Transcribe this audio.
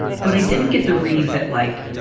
but i didn't get the read that like.